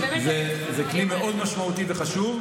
זה כלי מאוד משמעותי וחשוב.